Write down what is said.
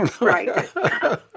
Right